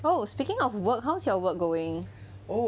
oh speaking of work how's your work going